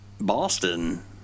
Boston